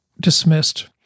dismissed